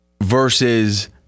versus